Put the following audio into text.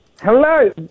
Hello